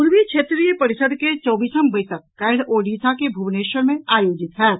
पूर्वी क्षेत्रीय परिषद् के चौबीसम बैसक काल्हि ओडिशा के भुवनेश्वर मे आयोजित होयत